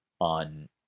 on